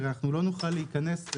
הרי לא נוכל להיכנס,